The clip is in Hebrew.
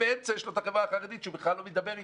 ובאמצע יש לו את החברה החרדית שהוא בכלל לא מדבר אתה,